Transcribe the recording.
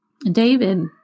David